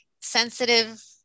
sensitive